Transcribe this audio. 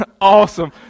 Awesome